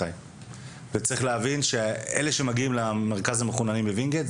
צריך להבין שאלה שמגיעים למרכז המחוננים בוינגייט,